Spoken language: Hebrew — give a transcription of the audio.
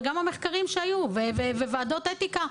וגם המחקרים שהיו וועדות אתיקה,